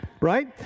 Right